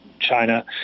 China